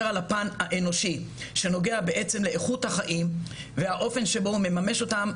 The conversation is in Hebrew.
דווקא על הפן האנושי שנוגע לאיכות החיים והאופן שבו הוא מממש אותם,